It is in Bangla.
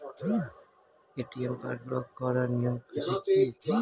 এ.টি.এম কার্ড ব্লক করার নিয়ম কি আছে?